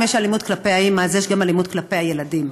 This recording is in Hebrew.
אם יש אלימות כלפי האימא אז יש גם אלימות כלפי הילדים,